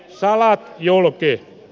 salat julki